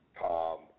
Tom